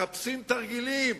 מחפשים תרגילים,